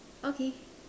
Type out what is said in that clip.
okay